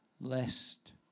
lest